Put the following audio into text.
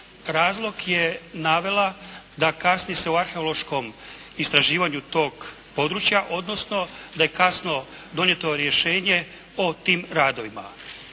Razlog je navela da kasni sa arheološkom istraživanju tog područja, odnosno da je kasno donijeto rješenje o tim radovima.